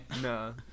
No